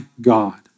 God